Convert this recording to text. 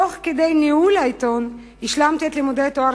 תוך כדי ניהול העיתון השלמתי את לימודי התואר